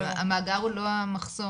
המאגר הוא לא המחסום,